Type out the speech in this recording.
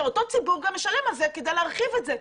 ואותו ציבור גם משלם על זה כדי להרחיב את זה.